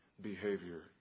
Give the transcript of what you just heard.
behavior